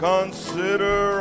Consider